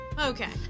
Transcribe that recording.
Okay